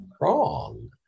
wrong